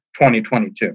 2022